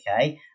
okay